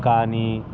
కానీ